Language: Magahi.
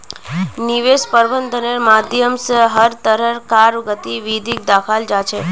निवेश प्रबन्धनेर माध्यम स हर तरह कार गतिविधिक दखाल जा छ